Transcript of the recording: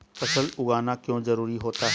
फसल उगाना क्यों जरूरी होता है?